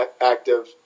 active